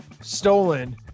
stolen